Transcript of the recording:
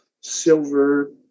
silver